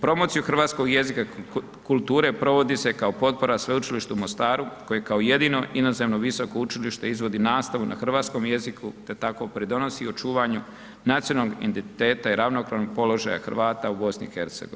Promociju hrvatskoj jezika i kulture provodi se kao potpora Sveučilištu u Mostaru koji kao jedino inozemno visoko učilište izvodi nastavu na hrvatskom jeziku te tako pridonosi očuvanju nacionalnog identiteta i ravnopravnog položaja Hrvata u BiH.